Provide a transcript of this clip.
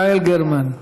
יעל גרמן.